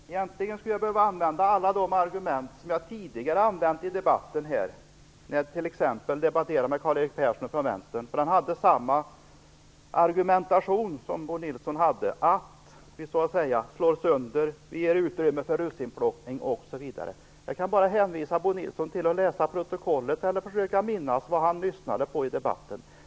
Herr talman! Egentligen skulle jag behöva använda alla de argument som jag tidigare har använt, t.ex. när jag debatterade med Karl-Erik Persson från Vänstern. Han hade samma argumentation som Bo Nilsson, dvs. att vi slår söder, ger utrymme för russinplockning osv. Jag kan bara hänvisa Bo Nilsson till protokollet eller att försöka minnas vad han hörde i debatten.